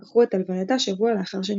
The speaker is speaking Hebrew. ערכו את הלווייתה שבוע לאחר שנפטרה.